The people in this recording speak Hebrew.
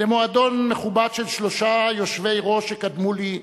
למועדון מכובד של שלושה יושבי-ראש שקדמו לי,